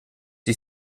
die